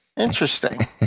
Interesting